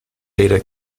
data